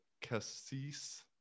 cassis